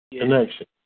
Connection